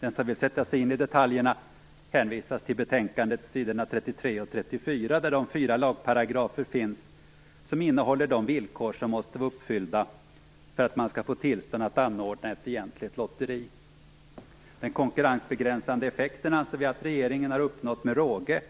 Den som vill sätta sig in i detaljerna hänvisas till betänkandet, s. 33 och 34, där de fyra lagparagrafer finns som innehåller de villkor som måste vara uppfyllda för att man skall få tillstånd att anordna ett egentligt lotteri. Den konkurrensbegränsande effekten anser vi att regeringen uppnått med råge,